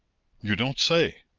you don't say!